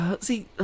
see